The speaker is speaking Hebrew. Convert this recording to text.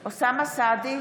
בהצבעה אוסאמה סעדי,